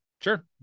Sure